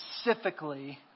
specifically